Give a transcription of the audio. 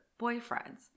boyfriends